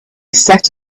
set